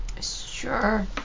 Sure